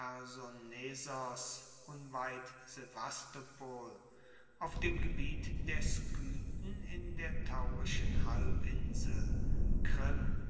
auf dem gebiet der skythen in der taurischen halbinsel